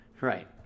Right